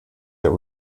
der